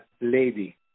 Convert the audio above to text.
lady